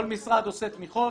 כל משרד עושה תמיכות?